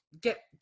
get